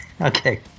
okay